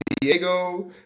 Diego